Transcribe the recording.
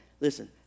Listen